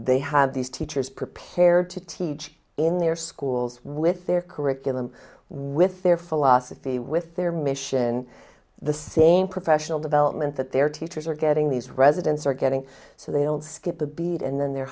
they have these teachers prepared to teach in their schools with their curriculum with their philosophy with their mission the same professional development that their teachers are getting these residents are getting so they don't skip a beat and then they're